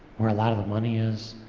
where a lot of the money is,